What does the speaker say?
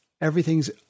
everything's